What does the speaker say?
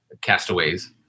castaways